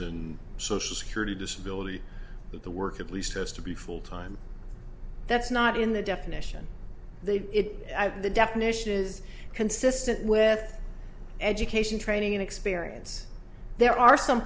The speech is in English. a social security disability that the work at least has to be full time that's not in the definition the it the definition is consistent with education training and experience there are some